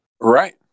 Right